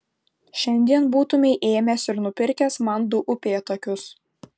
šiandien būtumei ėmęs ir nupirkęs man du upėtakius